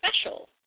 special